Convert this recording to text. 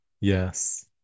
Yes